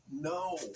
no